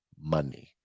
money